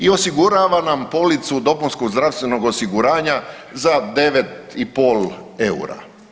I osigurava nam policu dopunskog zdravstvenog osiguranja za 9,5 EUR-a.